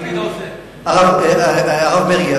הרב מרגי,